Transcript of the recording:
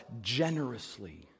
generously